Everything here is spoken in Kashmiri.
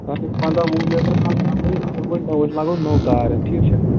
تارٕس پَنٛداہ وُہ میٖٹر تھاو ژٕ اَنناوِتھ اصٕل پٲٹھۍ أسۍ لأگوہوس نٔوو تار ٹھیٖک چھا